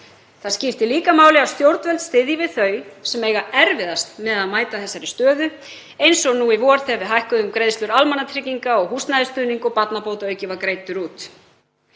Það skiptir máli að stjórnvöld styðji við þau sem eiga erfiðast með að mæta þessari stöðu, eins og nú í vor þegar við hækkuðum greiðslur almannatrygginga og húsnæðisstuðning og barnabótaauki var greiddur út.